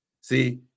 See